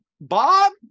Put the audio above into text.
Bob